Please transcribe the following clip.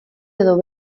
edo